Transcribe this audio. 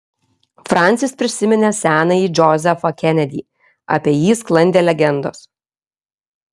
fransis prisiminė senąjį džozefą kenedį apie jį sklandė legendos